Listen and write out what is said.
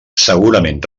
segurament